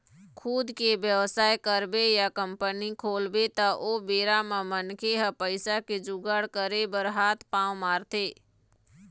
खुद के बेवसाय करबे या कंपनी खोलबे त ओ बेरा म मनखे ह पइसा के जुगाड़ करे बर हात पांव मारथे